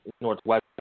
Northwest